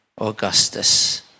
Augustus